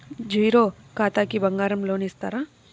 Zero ఖాతాకి బంగారం loan ఇస్తారా?